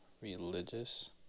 religious